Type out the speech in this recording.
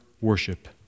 worship